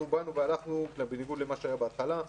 בניגוד למה שהיה בהתחלה,